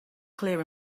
clear